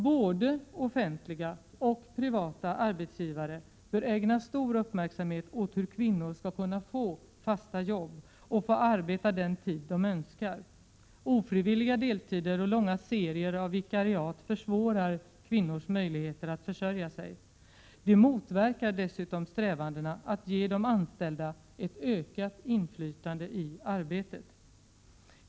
Både offentliga och privata arbetsgivare bör ägna stor uppmärksamhet åt hur kvinnor skall kunna få fasta jobb och få arbeta den tid de önskar. Ofrivilliga deltider och långa serier av vikariat försvårar kvinnors möjligheter att försörja sig. Det motverkar dessutom strävandena att ge de anställda ett ökat inflytande i arbetet.